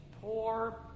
poor